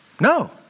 No